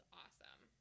awesome